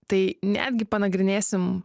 tai netgi panagrinėsim